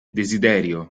desiderio